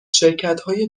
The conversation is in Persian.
شرکتهای